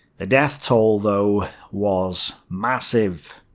the death toll, though, was massive.